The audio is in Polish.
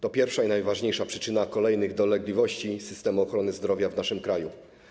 To pierwsza i najważniejsza przyczyna kolejnych dolegliwości systemu ochrony zdrowia w naszym kraju.